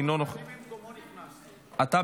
אני במקומו נכנסתי, הודעתי למזכירות.